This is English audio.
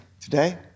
Today